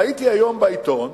ראיתי היום באחד